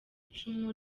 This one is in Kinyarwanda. icumu